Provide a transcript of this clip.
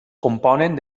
componen